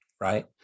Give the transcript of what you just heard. Right